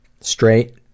straight